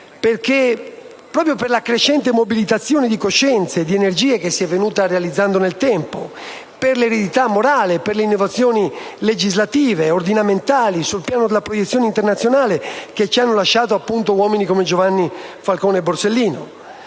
proprio per la crescente mobilitazione di coscienze e di energie che si è venuta realizzando nel tempo, per l'eredità morale, per le innovazioni legislative ed ordinamentali sul piano della proiezione internazionale che ci hanno lasciato uomini come Giovanni Falcone e Paolo Borsellino.